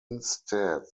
instead